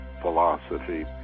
philosophy